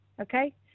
okay